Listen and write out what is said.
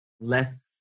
less